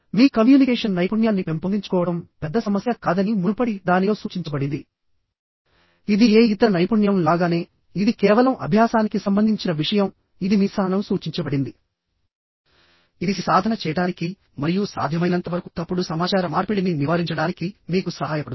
మీ communication నైపుణ్యాన్ని పెంపొందించుకోవడం పెద్ద సమస్య కాదని మునుపటి దానిలో సూచించబడింది ఇది ఏ ఇతర నైపుణ్యం లాగానే ఇది కేవలం అభ్యాసానికి సంబంధించిన విషయం ఇది మీ సహనం సూచించబడింది ఇది సాధన చేయడానికి మరియు సాధ్యమైనంత వరకు తప్పుడు సమాచార మార్పిడిని నివారించడానికి మీకు సహాయపడుతుంది